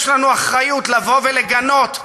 יש לנו אחריות לגנות,